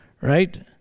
Right